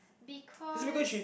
because